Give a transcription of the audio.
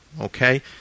Okay